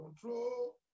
control